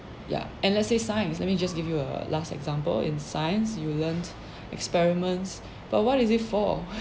ya and let's say science let me just give you a last example in science you learnt experiments but what is it for